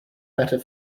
better